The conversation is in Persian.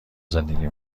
زندگی